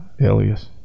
alias